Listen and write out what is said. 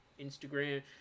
Instagram